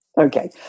Okay